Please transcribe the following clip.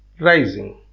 rising